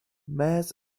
mayors